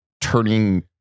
turning